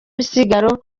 misigaro